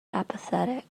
apathetic